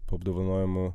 po apdovanojimų